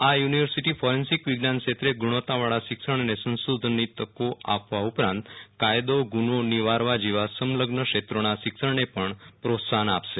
આ university forensic વિજ્ઞાન ક્ષેત્રે ગુણવત્તા વાળા શિક્ષણ અને સંશોધનની તકો આપવા ઉપરાંત કાયદોગુનો નિવારવા જેવા સંલઝ્ન ક્ષેત્રોના શિક્ષણને પમ પ્રોત્સાફન અપાશે